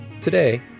Today